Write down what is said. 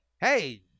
hey